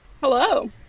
Hello